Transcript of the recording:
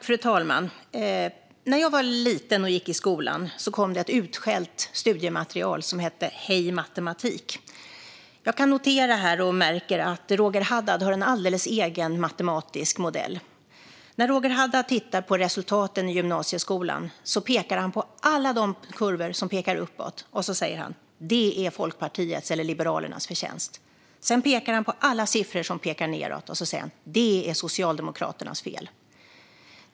Fru talman! När jag var liten och gick i skolan kom det ett utskällt studiematerial som hette Hej matematik. Jag märker att Roger Haddad har en alldeles egen matematisk modell. När Roger Haddad tittar på resultaten i gymnasieskolan pekar han på alla de kurvor som pekar uppåt och säger att det är Folkpartiets, eller Liberalernas, förtjänst. Sedan pekar han på alla kurvor som pekar nedåt och säger att det är Socialdemokraternas fel.